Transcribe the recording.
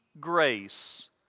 grace